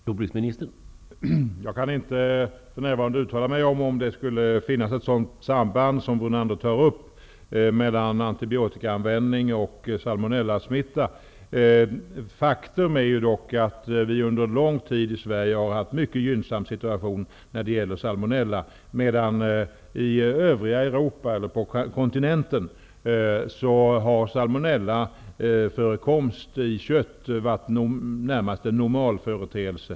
Herr talman! Jag kan för närvarande inte uttala mig om ifall det finns ett sådant samband som det som Brunander redovisar mellan antibiotikaanvändning och salmonellasmitta. Faktum är ju dock att vi under lång tid i Sverige har haft en mycket gynnsam situation när det gäller salmonella, medan förekomst av salmonella i kött på kontinenten har varit en närmast normal företeelse.